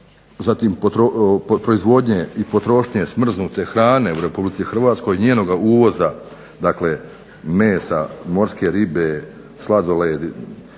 Zatim od proizvodnje i potrošnje smrznute hrane u RH i njenoga uvoza dakle mesa, morske ribe, sladoled,